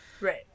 Right